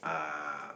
uh